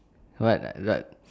but but